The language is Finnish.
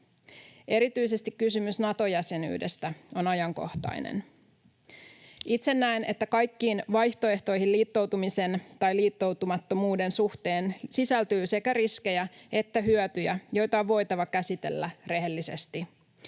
Erityisesti kysymys Nato-jäsenyydestä on ajankohtainen. Itse näen, että kaikkiin vaihtoehtoihin liittoutumisen tai liittoutumattomuuden suhteen sisältyy sekä riskejä että hyötyjä, joita on voitava käsitellä rehellisesti.